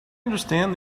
understand